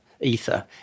ether